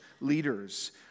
leaders